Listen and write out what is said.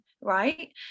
right